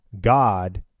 God